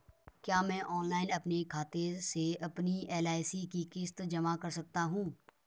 क्या मैं ऑनलाइन अपने खाते से अपनी एल.आई.सी की किश्त जमा कर सकती हूँ?